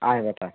ആയിക്കോട്ടെ